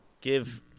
Give